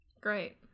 Great